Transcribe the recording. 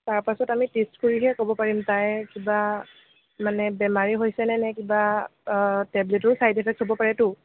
তাৰ পাছত আমি টেষ্ট কৰিহে ক'ব পাৰিম তাইৰ কিবা মানে বেমাৰে হৈছে নে কিবা টেবলেটৰ চাইড এফেক্টো হ'ব পাৰেতো